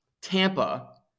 Tampa